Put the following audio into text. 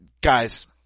guys –